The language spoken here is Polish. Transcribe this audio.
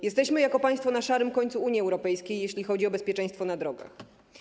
Jesteśmy jako państwo na szarym końcu Unii Europejskiej, jeśli chodzi o bezpieczeństwo na drogach.